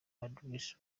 idris